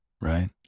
right